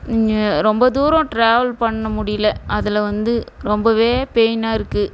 ரொம்ப தூரம் ட்ராவல் பண்ண முடியலை அதில் வந்து ரொம்பவே பெயினாக இருக்குது